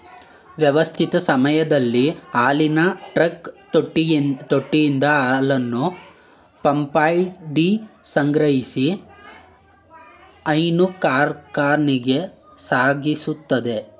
ವ್ಯವಸ್ಥಿತ ಸಮಯದಲ್ಲಿ ಹಾಲಿನ ಟ್ರಕ್ ತೊಟ್ಟಿಯಿಂದ ಹಾಲನ್ನು ಪಂಪ್ಮಾಡಿ ಸಂಗ್ರಹಿಸಿ ಹೈನು ಕಾರ್ಖಾನೆಗೆ ಸಾಗಿಸ್ತದೆ